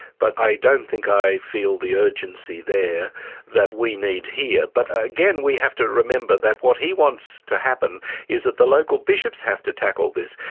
but i don't think i feel the urgency there that we need here. but again, we have to remember that what he wants to happen is that the local bishops have to tackle this.